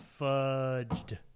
fudged